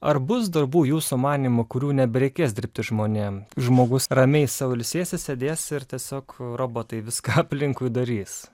ar bus darbų jūsų manymu kurių nebereikės dirbti žmonėm žmogus ramiai sau ilsėsis sėdės ir tiesiog robotai viską aplinkui darys